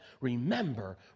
remember